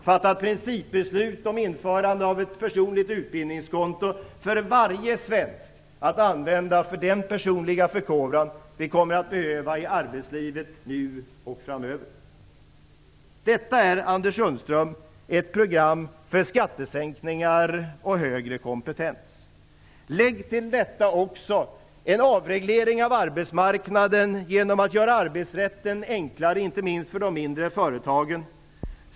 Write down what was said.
Fatta principbeslut om införande av ett personligt utbildningskonto för varje svensk, att använda för den personliga förkovran vi kommer att behöva i arbetslivet nu och framöver! Detta är, Anders Sundström, ett program för skattesänkningar och högre kompetens. Lägg till detta också en avreglering av arbetsmarknaden genom att göra arbetsrätten enklare, inte minst för de mindre företagen!